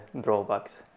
drawbacks